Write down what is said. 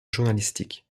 journalistique